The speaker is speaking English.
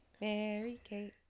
Mary-Kate